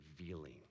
revealing